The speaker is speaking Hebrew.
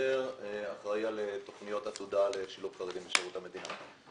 אחראי על תוכניות עתודה לשילוב חרדים בשירות המדינה.